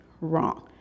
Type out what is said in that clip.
wrong